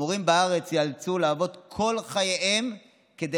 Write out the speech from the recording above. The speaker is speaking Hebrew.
המורים בארץ ייאלצו לעבוד כל חייהם כדי